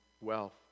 wealth